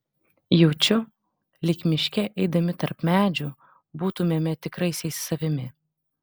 jaučiu lyg miške eidami tarp medžių būtumėme tikraisiais savimi